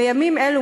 בימים אלו,